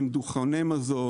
עם דוכני מזון,